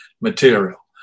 material